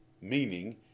meaning